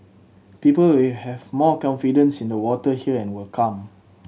people will have more confidence in the water here and will come